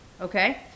okay